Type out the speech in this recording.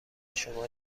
شما